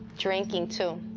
drinking, too.